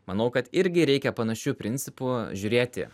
manau kad irgi reikia panašiu principu žiūrėti